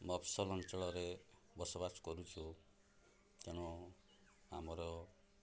ମୁଁ ମଫସଲ ଅଞ୍ଚଳରେ ବସବାସ କରୁଛୁ ତେଣୁ ଆମର